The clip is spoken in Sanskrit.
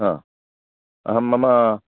अहं मम